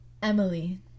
Emily